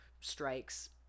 strikes